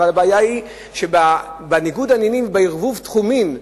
אבל הבעיה היא שבניגוד העניינים ובעירוב תחומים,